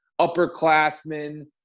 Upperclassmen